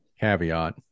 caveat